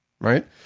right